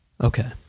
Okay